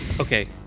okay